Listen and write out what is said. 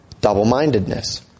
double-mindedness